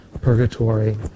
purgatory